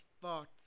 thoughts